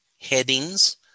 headings